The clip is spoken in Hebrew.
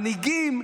מנהיגים,